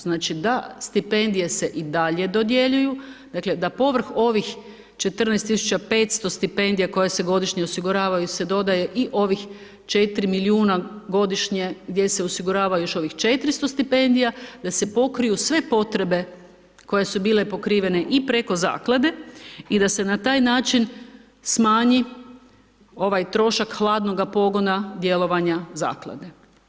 Znači da stipendije se i dalje dodjeljuju, dakle da povrh ovih 14.500 stipendija koje se godišnje osiguravaju se dodaje i ovih 4 milijuna godišnje gdje se osigurava još ovih 400 stipendija da se pokriju sve potrebe koje su bile pokrivene i preko zaklade i da se na taj način smanji ovaj trošak hladnoga pogona djelovanja zaklade.